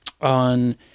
on